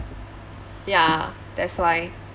ya that's why